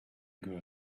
girl